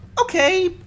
okay